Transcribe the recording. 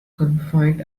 confirmed